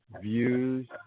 views